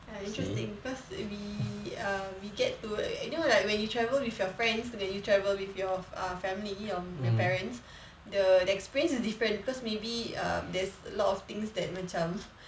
ya interesting cause we err we get to you know like when you travel with your friends and when you travel with your err family or parents the the experience is different because maybe uh there's a lot of things that macam